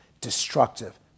destructive